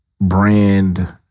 brand